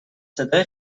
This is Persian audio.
صدای